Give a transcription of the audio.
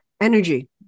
energy